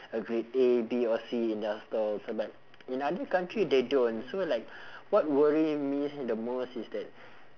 a grade A B or C in their stalls but in other country they don't so like what worry me the most is that